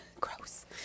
Gross